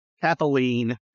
Kathleen